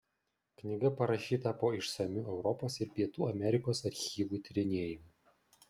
knyga parašyta po išsamių europos ir pietų amerikos archyvų tyrinėjimų